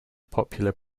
popular